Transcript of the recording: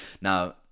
Now